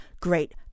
Great